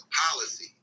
policy